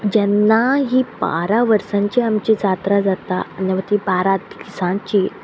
जेन्ना ही बारा वर्सांची आमची जात्रा जाता आनी ती बारा दिसांची